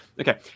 okay